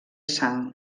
sang